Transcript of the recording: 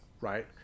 right